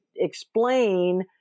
Explain